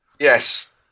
Yes